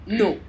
no